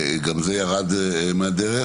גם זה ירד מהדרך.